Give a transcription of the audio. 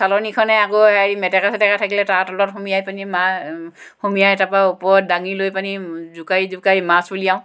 চালনিখনে আকৌ হেৰি মেটেকা চেটেকা থাকিলে তাত অলপ সুমিয়াই পিনে মা সুমিয়াই তাপা ওপৰত ডাঙি লৈ পানি জোকাৰি জোকাৰি মাছ ওলিয়াওঁ